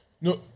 No